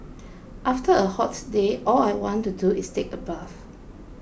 after a hot day all I want to do is take a bath